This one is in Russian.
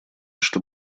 что